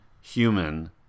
human